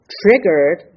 triggered